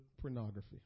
pornography